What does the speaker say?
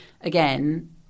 Again